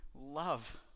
love